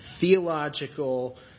theological